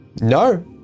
No